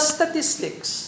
Statistics